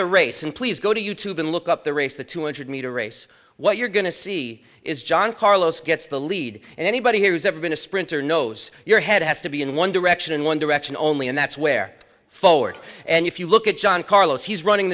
the race and please go to you tube and look up the race the two hundred meter race what you're going to see is john carlos gets the lead and anybody who's ever been a sprinter knows your head has to be in one direction and one direction only and that's where forward and if you look at john carlos he's running